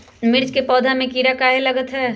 मिर्च के पौधा में किरा कहे लगतहै?